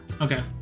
Okay